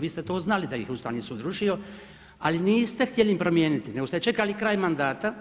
Vi ste to znali da ih je Ustavni sud rušio, ali niste htjeli im promijeniti nego ste čekali kraj mandata